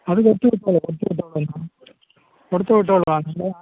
അത് തീർച്ചയായും ചെയ്യും തീർച്ചയായും ചെയ്യും കൊടുത്തു വിട്ടൊളു അതിൽ